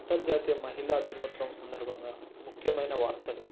అంతర్జాతీయ మహిళా దినోత్సవం సందర్భంగా ముఖ్యమైన వార్తలు